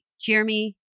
Jeremy